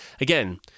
again